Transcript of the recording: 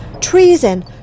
Treason